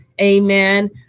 Amen